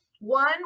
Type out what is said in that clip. one